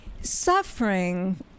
Suffering